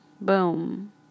boom